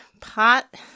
pot